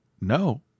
No